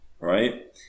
Right